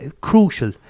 crucial